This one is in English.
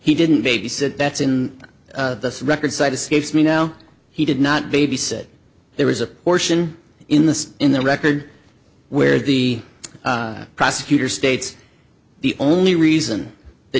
he didn't babysit that's in the record side escapes me now he did not babysit there is a portion in the in the record where the prosecutor states the only reason that